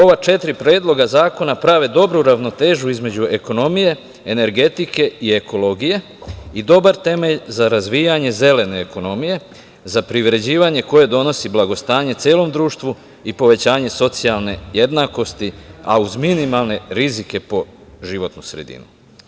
Ova četiri predloga zakona prave dobru ravnotežu između ekonomije, energetike i ekologije i dobar temelj za razvijanje zelene ekonomije, za privređivanje koje donosi blagostanje celom društvu i povećanje socijalne jednakosti, a uz minimalni rizike po životnu sredinu.